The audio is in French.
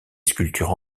sculptures